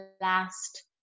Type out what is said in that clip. last